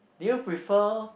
do you prefer